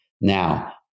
Now